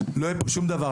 לא יהיה פה שום דבר.